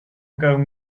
going